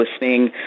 listening